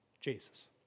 Jesus